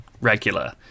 regular